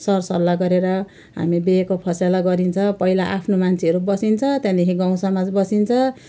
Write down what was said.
सरसल्लाह गरेर हामी बिहेको फसेला गरिन्छ पहिला आफ्नो मान्छेहरू बसिन्छ त्यहाँदेखि गाउँसमाज बसिन्छ